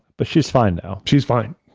but she's fine now. she's fine.